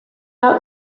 out